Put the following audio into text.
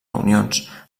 reunions